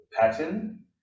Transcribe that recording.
pattern